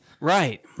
Right